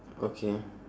okay